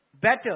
better